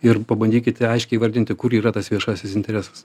ir pabandykite aiškiai įvardinti kur yra tas viešasis interesas